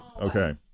Okay